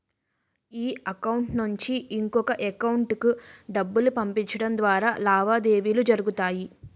ఈ అకౌంట్ నుంచి ఇంకొక ఎకౌంటుకు డబ్బులు పంపించడం ద్వారా లావాదేవీలు జరుగుతాయి